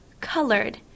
colored